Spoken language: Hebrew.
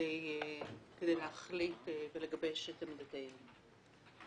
כדי להחליט ולגבש את עמדתנו.